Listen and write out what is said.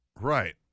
Right